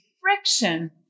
friction